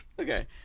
Okay